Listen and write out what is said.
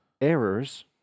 errors